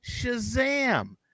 Shazam